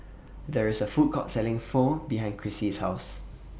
There IS A Food Court Selling Pho behind Krissy's House